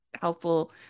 helpful